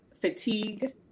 fatigue